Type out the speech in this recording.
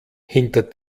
hinter